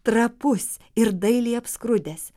trapus ir dailiai apskrudęs